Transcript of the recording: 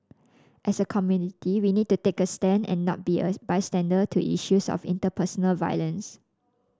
as a community we need to take a stand and not be a bystander to issues of interpersonal violence